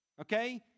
okay